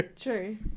True